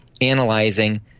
analyzing